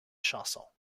chansons